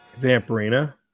Vampirina